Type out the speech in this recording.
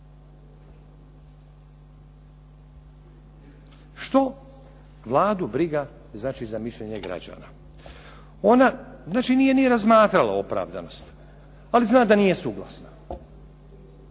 Što Vladu briga znači za mišljenje građana? Ona znači nije ni razmatrala opravdanost, ali zna da nije suglasna.